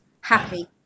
happy